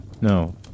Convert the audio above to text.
No